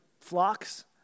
flocks